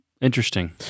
Interesting